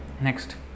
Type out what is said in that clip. Next